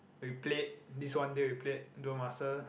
we played this one then we played Duel-Master